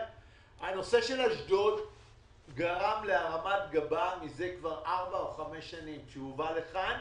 הנושא של אשדוד גרם להרמת גבה מזה כבר ארבע או חמש שנים כשהוא בא לכאן.